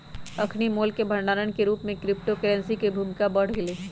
अखनि मोल के भंडार के रूप में क्रिप्टो करेंसी के भूमिका बढ़ गेलइ